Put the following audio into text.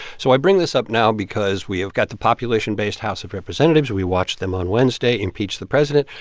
so i bring this up now because we have got the population-based house of representatives. we watched them, on wednesday, impeach the president.